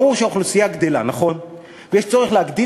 ברור שהאוכלוסייה גדלה ויש צורך להגדיל